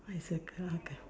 I circle clock ah